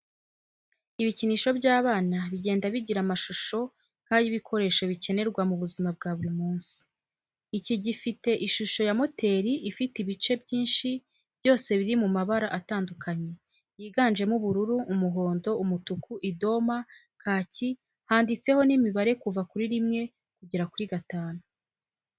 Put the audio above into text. Ibikinisho by'abana bigenda bigira iamashusho nk'ay'ibikoresho bikenerwa mu buzima bwa buri munsi, iki gifite ishusho ya moteri ifite ibice byinshi byose biri mu mabara atandukanye yiganjemo ubururu, umuhondo, umutuku, idoma, kaki, handitseho n'imibare kuva kuri rimwe kugera kuri gatanu.